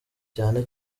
cyane